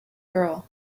girl